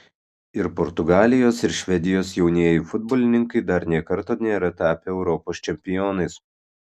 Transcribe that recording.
ir portugalijos ir švedijos jaunieji futbolininkai dar nė karto nėra tapę europos čempionais